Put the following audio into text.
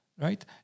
right